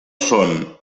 són